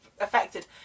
affected